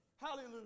Hallelujah